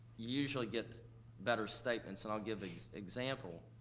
usually get better statements, and i'll give the example,